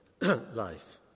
life